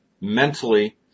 mentally